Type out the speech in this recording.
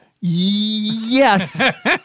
Yes